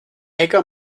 hacker